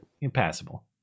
impassable